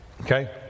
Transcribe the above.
okay